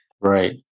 Right